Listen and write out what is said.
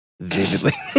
vividly